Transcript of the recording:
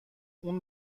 اون